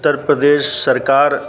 उत्तर प्रदेश सरकार